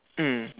mm